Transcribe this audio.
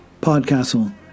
PodCastle